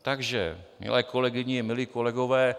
Takže milé kolegyně, milí kolegové.